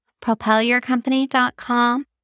propelyourcompany.com